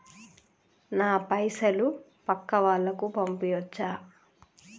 నా పైసలు పక్కా వాళ్ళకు పంపియాచ్చా?